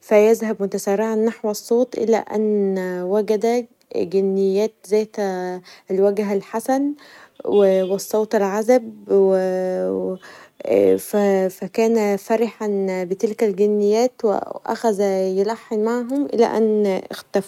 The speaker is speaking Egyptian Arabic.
فيذهب متسرعا نحو الصوت الي ان وجد جنيات ذات الوجهه الحسن و الصوت العذب فكان فرحان بتلك الجنيات وأخذ يلحن معاهم الي ان اختفوا.